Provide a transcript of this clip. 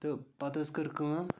تہٕ پَتہٕ حظ کٔر کٲم